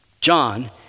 John